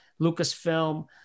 Lucasfilm